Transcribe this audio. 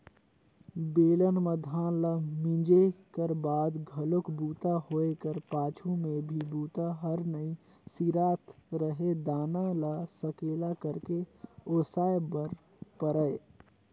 बेलन म धान ल मिंजे कर बाद घलोक बूता होए कर पाछू में भी बूता हर नइ सिरात रहें दाना ल सकेला करके ओसाय बर परय